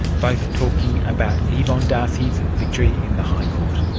both talking about yvonne d'arcy's victory in the high court.